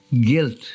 guilt